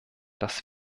das